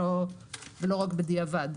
ולא רק בדיעבד.